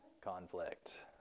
conflict